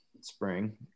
spring